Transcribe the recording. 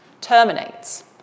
terminates